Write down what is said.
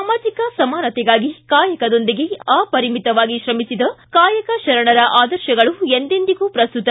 ಸಾಮಾಜಿಕ ಸಮಾನತೆಗಾಗಿ ಕಾಯಕದೊಂದಿಗೆ ಆಪರಿಮಿತವಾಗಿ ಶ್ರಮಿಸಿದ ಕಾಯಕ ಶರಣರ ಆದರ್ಶಗಳು ಎಂದೆಂದಿಗೂ ಪ್ರಸ್ತುತ